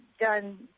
done